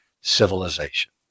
civilization